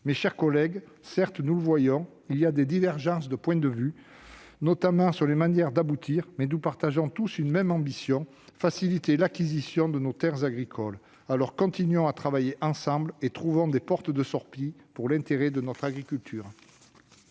Mes chers collègues, certes, nous le voyons, des divergences de points de vue se font jour, notamment sur les manières d'aboutir, mais nous partageons tous une même ambition : faciliter l'acquisition de nos terres agricoles. Dès lors, continuons à travailler ensemble et trouvons des portes de sortie dans l'intérêt de notre agriculture